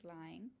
lying